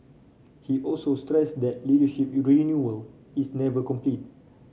he also stressed that leadership renewal is never complete